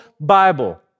Bible